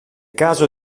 caso